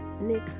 Nick